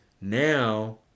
Now